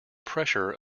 pressure